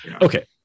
okay